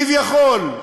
כביכול,